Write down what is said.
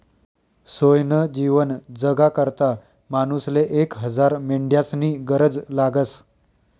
सोयनं जीवन जगाकरता मानूसले एक हजार मेंढ्यास्नी गरज लागस